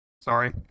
sorry